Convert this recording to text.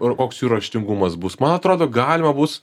koks jų raštingumas bus man atrodo galima bus